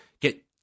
get